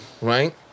Right